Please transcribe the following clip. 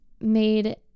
made